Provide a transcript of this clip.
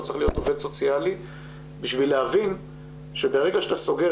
צריך להיות עובד סוציאלי כדי להבין שברגע שאתה סוגר